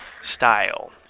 style